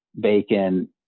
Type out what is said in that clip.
Bacon